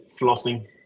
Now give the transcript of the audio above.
flossing